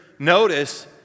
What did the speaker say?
Notice